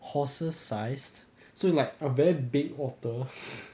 horses sized so you like a very big otter